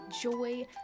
joy